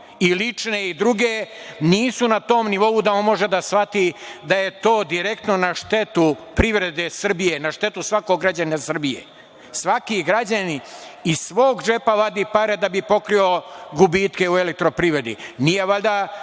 i lične i druge, nisu na tom nivou da on može da shvati da je to direktno na štetu privrede Srbije, na štetu svakog građanina Srbije. Svaki građanin iz svog džepa vadi pare da bi pokrio gubitke u „Elektroprivredi“. Nije valjda